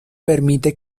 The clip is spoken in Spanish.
permite